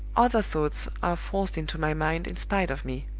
other thoughts are forced into my mind in spite of me.